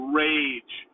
rage